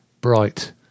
bright